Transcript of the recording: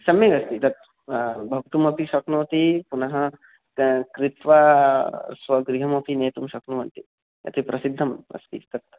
सम्यगस्ति तत् भोक्तुमपि शक्नोति पुनः का कृत्वा स्वगृहमपि नेतुं शक्नुवन्ति इति प्रसिद्धम् अस्ति तत्